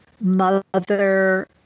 mother